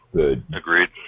Agreed